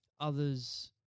others